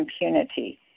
impunity